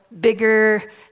bigger